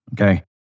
Okay